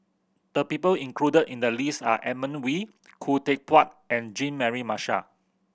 the people included in the list are Edmund Wee Khoo Teck Puat and Jean Mary Marshall